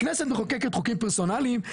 הכנסת מחוקקת חוקים פרסונליים,